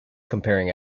comparing